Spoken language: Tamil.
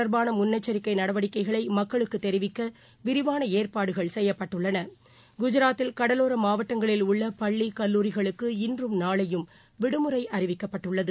தொடர்பானமுள்னெச்சரிக்கைநடவடிக்கைகளைமக்களுக்குதெரிவிக்கவிரிவானஏற்பாடுகள் புயல் செய்யப்பட்டுள்ளன குஜராத்தில் கடலோராமாவட்டங்களில் உள்ளபள்ளிகல்லூரிகளுக்கு இன்றும் நாளையும் விடுமுறைஅறிவிக்கப்பட்டுள்ளது